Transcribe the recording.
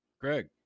greg